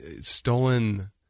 stolen